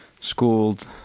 schooled